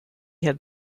had